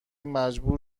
مجبور